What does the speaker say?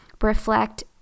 reflect